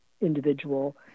individual